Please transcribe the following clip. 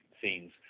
scenes